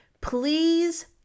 please